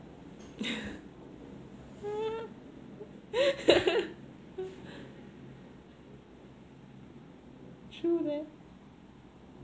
true leh